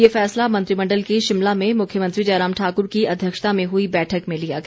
ये फैसला मंत्रिमंडल की शिमला में मुख्यमंत्री जयराम ठाक्र की अध्यक्षता में हुई बैठक में लिया गया